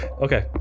Okay